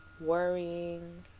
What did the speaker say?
worrying